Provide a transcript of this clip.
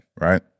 right